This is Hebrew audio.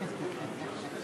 אפשר גם להישאר,